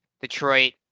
Detroit